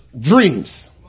dreams